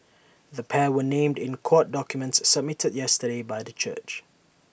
the pair were named in court documents submitted yesterday by the church